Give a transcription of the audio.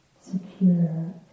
secure